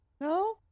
No